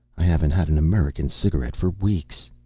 i haven't had an american cigarette for weeks.